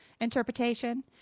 interpretation